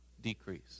decrease